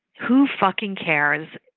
who fucking cares?